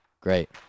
Great